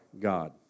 God